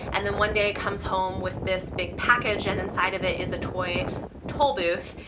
and then one day comes home with this big package and inside of it is a toy tollbooth,